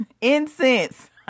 incense